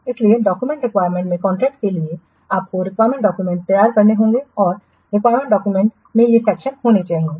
इसलिए document requirement में contract के लिए आपको रिक्वायर्ड डॉक्यूमेंट तैयार करने होंगे और रिक्वायरमेंट डॉक्युमेंट में ये सेक्शन होने चाहिए